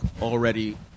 already